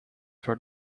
per